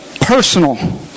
personal